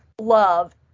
love